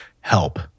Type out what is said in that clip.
help